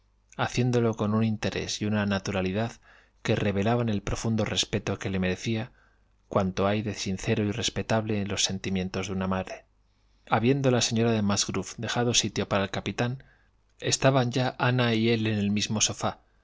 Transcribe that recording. haciéndolo con un interés y una naturalidad que revelaban el profundo respeto que le merecía cuanto hay de sincero y respetable en los sentimientos de una madre habiendo la señora de musgrove dejado sitio para el capitán estaban ya ana y él en el mismo i sofá